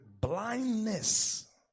blindness